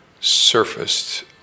surfaced